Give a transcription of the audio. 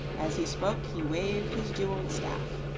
as he spoke he waved his jeweled staff.